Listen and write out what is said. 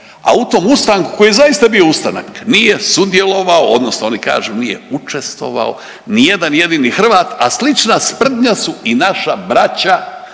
a u tom ustanku koji je zaista bio ustanak nije sudjelovao, odnosno oni kažu nije učestvovao ni jedan jedini Hrvat, a slična sprdnja su i naša braća